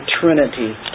Trinity